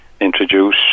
introduce